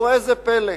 וראה איזה פלא,